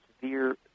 severe